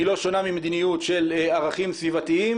היא לא שונה ממדיניות של ערכים סביבתיים,